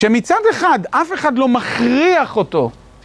שמצד אחד אף אחד לא מכריח אותו.